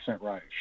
right